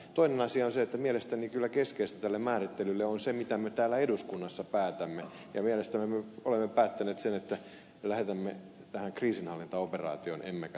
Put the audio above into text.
toinen asia on se että mielestäni kyllä keskeistä tälle määrittelylle on se mitä me täällä eduskunnassa päätämme ja mielestäni me olemme päättäneet sen että me lähetämme rauhanturvaajia tähän kriisinhallintaoperaatioon emmekä sotaan